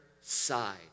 side